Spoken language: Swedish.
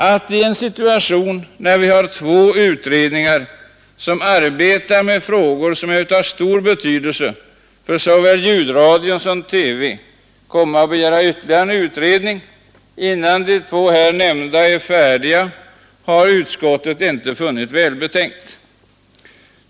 Att i en situation när vi har två utredningar som arbetar med frågor som är av stor betydelse för såväl ljudradion som TV komma och begära ytterligare en utredning innan de två här nämnda är färdiga med sitt arbete har utskottet inte funnit välbetänkt.